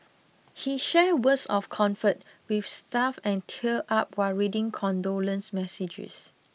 he shared words of comfort with staff and teared up while reading condolence messages